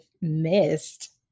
missed